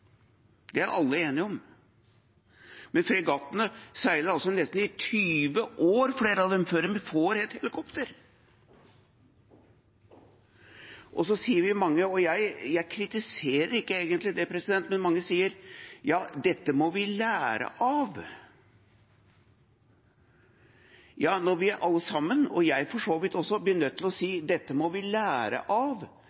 Det er alle enige om. Men flere av fregattene seiler altså i nesten 20 år før de får et helikopter. Så sier mange – og jeg kritiserer det egentlig ikke: Ja, dette må vi lære av. Når vi alle, for så vidt jeg også, blir nødt til å si